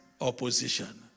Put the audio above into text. opposition